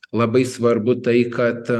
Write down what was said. labai svarbu tai kad